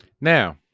Now